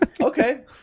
Okay